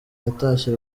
yatashye